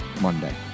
Monday